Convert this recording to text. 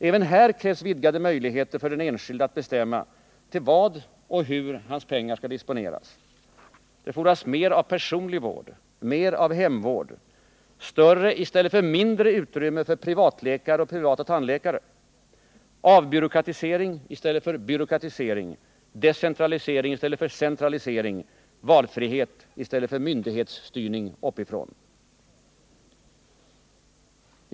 Även här krävs vidgade möjligheter för den enskilde att bestämma till vad och hur hans pengar skall disponeras. Det fordras mer av personlig vård, mer av hemvård, större i stället för mindre utrymme för privatläkare och privata tandläkare, avbyråkratisering i stället för byråkratisering, decentralisering i stället för centralisering, valfrihet i stället för myndighetsstyrning uppifrån. Herr talman!